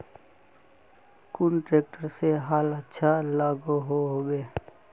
कुन ट्रैक्टर से हाल अच्छा लागोहो होबे?